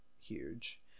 huge